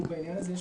בעניין הזה יש